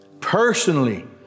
personally